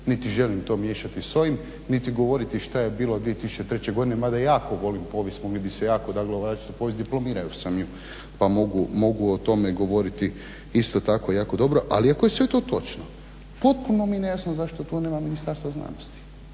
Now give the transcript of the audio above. niti želim to miješati s ovim niti govoriti šta je bilo 2003. godine mada jako volim povijest, mogli bi se jako … diplomirao sam ju pa mogu o tome govoriti isto tako jako dobro. Ali ako je sve to točno, potpuno mi je nejasno zašto tu nema Ministarstva znanosti,